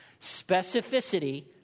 Specificity